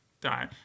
die